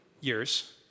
years